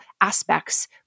aspects